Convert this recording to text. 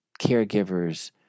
caregivers